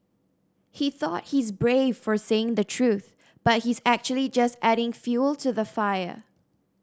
he thought he's brave for saying the truth but he's actually just adding fuel to the fire